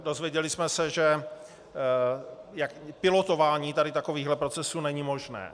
Dozvěděli jsme se, že pilotování tady takových procesů není možné.